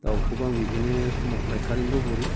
दाउखौबो आं बिदिनो समाव फायखारिनोबो हरो